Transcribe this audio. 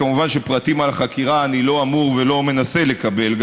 מובן שפרטים על החקירה אני לא אמור וגם לא מנסה לקבל,